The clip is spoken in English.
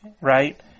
right